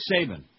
Saban